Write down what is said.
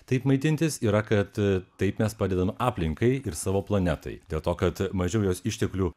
taip maitintis yra kad taip mes padedam aplinkai ir savo planetai dėl to kad mažiau jos išteklių